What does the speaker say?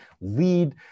lead